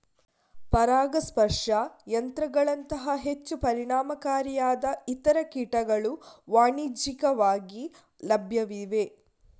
ಪರಾಗಸ್ಪರ್ಶ ಯಂತ್ರಗಳಂತಹ ಹೆಚ್ಚು ಪರಿಣಾಮಕಾರಿಯಾದ ಇತರ ಕೀಟಗಳು ವಾಣಿಜ್ಯಿಕವಾಗಿ ಲಭ್ಯವಿವೆ